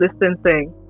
distancing